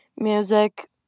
music